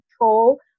control